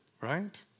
right